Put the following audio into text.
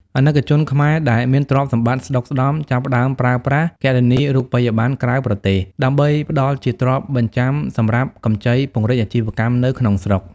អាណិកជនខ្មែរដែលមានទ្រព្យសម្បត្តិស្ដុកស្តម្ភ ចាប់ផ្ដើមប្រើប្រាស់ "គណនីរូបិយប័ណ្ណក្រៅប្រទេស" ដើម្បីផ្ដល់ជាទ្រព្យបញ្ចាំសម្រាប់កម្ចីពង្រីកអាជីវកម្មនៅក្នុងស្រុក។